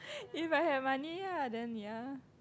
if I have money lah then ya